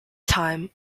time